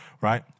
right